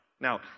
Now